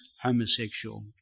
homosexual